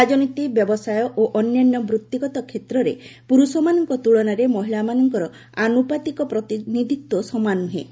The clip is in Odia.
ରାଜନୀତି ବ୍ୟବସାୟ ଓ ଅନ୍ୟାନ୍ୟ ବୃତ୍ତିଗତ କ୍ଷେତ୍ରରେ ପୁରୁଷମାନଙ୍କ ତୁଳନାରେ ମହିଳାମାନଙ୍କର ଆନୁପାତିକ ପ୍ରତିନିଧିତ୍ୱ ସମାନ ନୁହେଁ